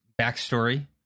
backstory